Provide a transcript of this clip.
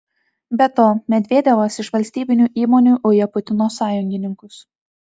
be to medvedevas iš valstybinių įmonių uja putino sąjungininkus